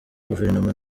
guverinoma